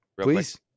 Please